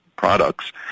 products